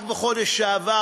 רק בחודש שעבר,